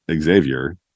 Xavier